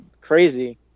crazy